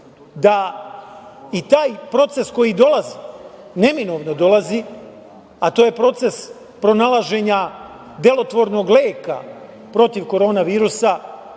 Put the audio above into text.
da i taj proces koji dolazi, neminovno dolazi, a to je proces pronalaženja delotvornog leka protiv Koronavirusa,